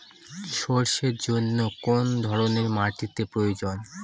সরষের জন্য কোন ধরনের মাটির প্রয়োজন?